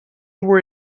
were